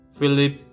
Philip